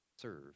serve